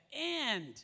end